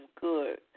good